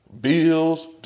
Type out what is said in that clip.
Bills